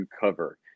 cover